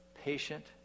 patient